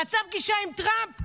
רצה פגישה עם טראמפ,